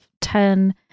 ten